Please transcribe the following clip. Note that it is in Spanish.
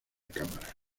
cámara